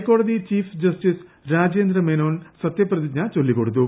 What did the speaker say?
ഹൈക്കോടതി chief justice Rajendra Menon സത്യപ്രതിജ്ഞ ചൊല്ലിക്കൊടുത്തു